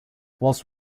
while